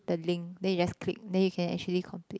the link then you just click then you can actually complete